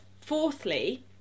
fourthly